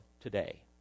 today